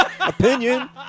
opinion